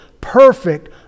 perfect